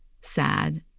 sad